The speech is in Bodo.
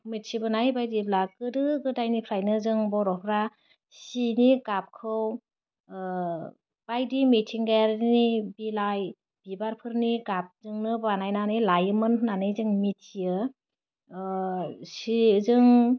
मिथिबोनाय बायदिब्ला गोदो गोदायनिफ्रायनो जों बर'फ्रा सिनि गाबखौ बायदि मिथिंगायारिनि बिलाइ बिबारफोरनि गाबजोंनो बानायनानै लायोमोन होन्नानै जों मिथियो सिजों